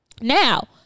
Now